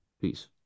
Peace